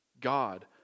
God